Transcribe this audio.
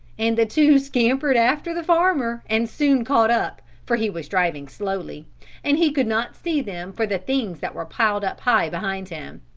and the two scampered after the farmer and soon caught up, for he was driving slowly and he could not see them for the things that were piled up high behind him.